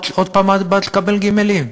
עוד פעם באת לקבל גימלים?